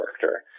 character